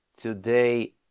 today